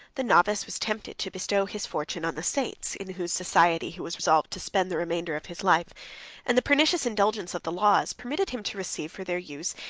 the novice was tempted to bestow his fortune on the saints, in whose society he was resolved to spend the remainder of his life and the pernicious indulgence of the laws permitted him to receive, for their use,